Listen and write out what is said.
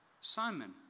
Simon